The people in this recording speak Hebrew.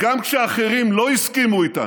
וגם כשאחרים לא הסכימו איתנו,